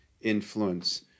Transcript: influence